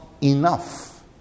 enough